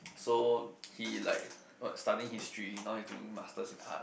so he like what studying history now he's doing masters in art